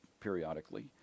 periodically